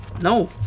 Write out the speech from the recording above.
No